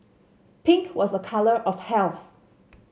pink was a colour of health